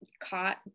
caught